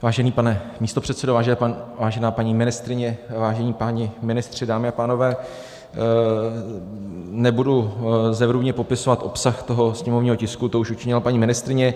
Vážený pane místopředsedo, vážená paní ministryně, vážení páni ministři, dámy a pánové, nebudu zevrubně popisovat obsah sněmovního tisku, to už učinila paní ministryně.